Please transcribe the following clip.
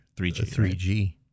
3G